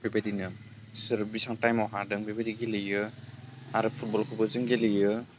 बेबायदिनो सोर बेसां टाइमआव हादों बेबायदि गेलेयो आरो फुटबलखौबो जों गेलेयो